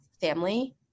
family